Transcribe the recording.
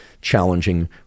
challenging